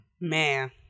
Man